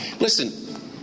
Listen